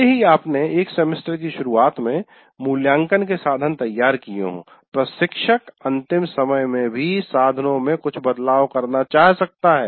भले ही आपने एक सेमेस्टर की शुरुआत में मूल्यांकन के साधन तैयार किए हों प्रशिक्षक अंतिम समय में भी साधनों में कुछ बदलाव करना चाह सकता है